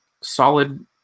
solid